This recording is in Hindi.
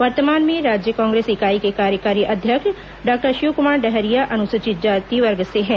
वर्तमान में राज्य कांग्रेस इकाई के कार्यकारी अध्यक्ष डॉक्टर शिवकुमार डहरिया अनुसूचित जाति वर्ग से हैं